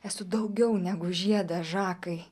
esu daugiau negu žieda žakai